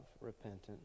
repentance